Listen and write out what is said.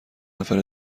نفر